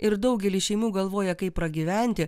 ir daugelis šeimų galvoja kaip pragyventi